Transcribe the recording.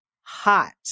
hot